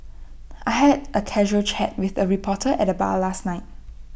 I had A casual chat with A reporter at the bar last night